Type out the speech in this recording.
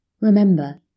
Remember